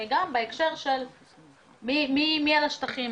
גם בהקשר של מי על השטחים.